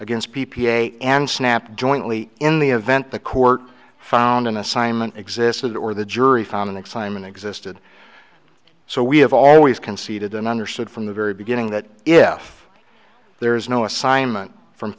against p p a and snap jointly in the event the court found an assignment existed or the jury found that simon existed so we have always conceded and understood from the very beginning that if there is no assignment from